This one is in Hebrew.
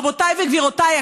רבותיי וגבירותיי,